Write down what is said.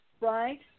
right